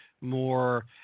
more